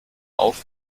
auf